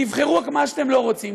תבחרו רק מה שאתם לא רוצים,